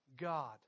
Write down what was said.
God